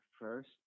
first